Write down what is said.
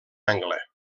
angle